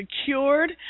secured